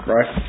Right